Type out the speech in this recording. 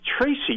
Tracy